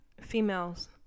females